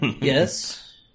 Yes